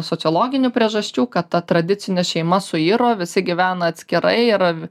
sociologinių priežasčių kad ta tradicinė šeima suiro visi gyvena atskirai ir